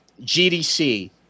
GDC